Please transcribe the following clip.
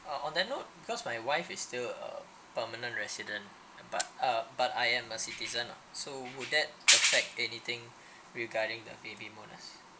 uh on that note because my wife is still uh permanent resident but uh but I am a citizen lah so would that affect anything regarding the baby bonus